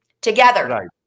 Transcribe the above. Together